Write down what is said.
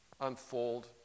unfold